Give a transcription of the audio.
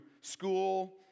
school